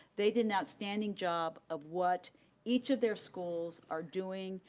they did an outstanding job of what each of their schools are doing,